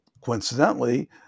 Coincidentally